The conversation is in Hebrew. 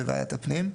בוועדת הפנים.